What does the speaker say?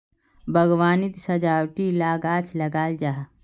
बाग्वानित सजावटी ला गाछ लगाल जाहा